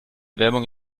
werbung